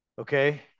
okay